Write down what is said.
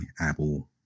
Apple